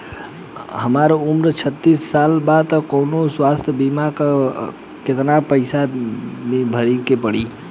हमार उम्र छत्तिस साल बा त कौनों स्वास्थ्य बीमा बा का आ केतना पईसा प्रीमियम भरे के पड़ी?